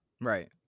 Right